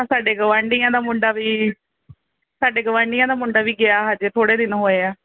ਆਹ ਸਾਡੇ ਗਵਾਂਢੀਆਂ ਦਾ ਮੁੰਡਾ ਵੀ ਸਾਡੇ ਗਵਾਂਢੀਆਂ ਦਾ ਮੁੰਡਾ ਵੀ ਗਿਆ ਹਜੇ ਥੋੜ੍ਹੇ ਦਿਨ ਹੋਏ ਆ